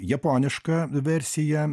japonišką versiją